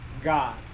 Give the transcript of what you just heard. God